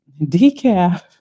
Decaf